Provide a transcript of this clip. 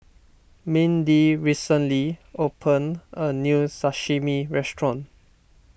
Mindy recently opened a new Sashimi restaurant